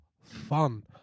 fun